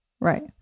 Right